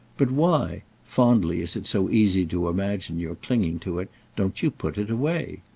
but why fondly as it's so easy to imagine your clinging to it don't you put it away?